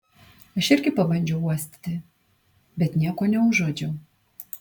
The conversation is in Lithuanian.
aš irgi pabandžiau uostyti bet nieko neužuodžiau